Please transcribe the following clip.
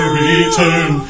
return